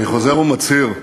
אני חוזר ומצהיר,